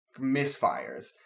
misfires